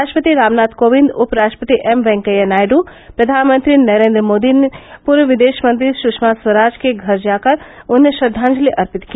राष्ट्रपति रामनाथ कोविंद उप राष्ट्रपति एम वेंकैया नायडू प्रधानमंत्री नरेन्द्र मोदी ने पूर्व विदेशमंत्री सृषमा स्वराज के घर जाकर उन्हें श्रद्धांजलि अर्पित की